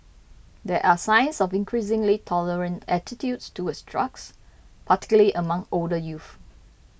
there are signs of increasingly tolerant attitudes towards drugs particularly among older youth